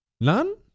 None